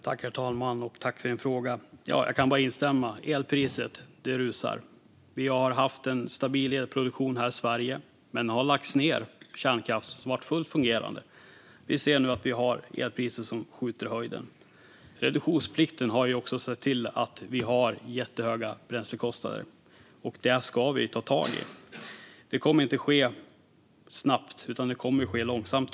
Herr talman! Jag kan bara instämma i att elpriset rusar. Vi har haft en stabil elproduktion här i Sverige, men fullt fungerande kärnkraft har lagts ned. Elpriserna skjuter nu i höjden. Reduktionsplikten har också sett till att bränslekostnaderna blivit jättehöga. Det ska vi ta tag i. Men det kommer inte att ske snabbt, utan tyvärr långsamt.